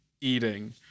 eating